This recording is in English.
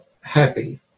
happy